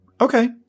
okay